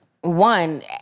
One